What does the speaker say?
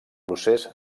procés